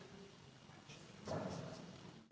Hvala.